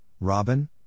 Robin